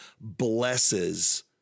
blesses